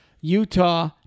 Utah